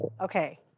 Okay